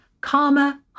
karma